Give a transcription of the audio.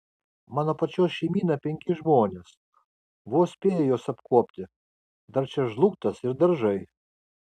mano pačios šeimyna penki žmonės vos spėju juos apkuopti dar čia žlugtas ir daržai